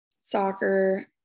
soccer